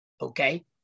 okay